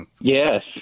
Yes